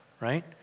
right